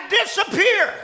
disappear